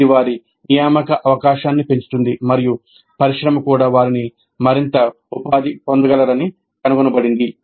ఇది వారి నియామక అవకాశాన్ని పెంచుతుంది మరియు పరిశ్రమ కూడా వారిని మరింత ఉపాధి పొందగలరని కనుగొనబడింది